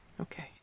Okay